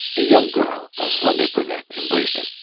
a young girl, a slender brunette, embraced him,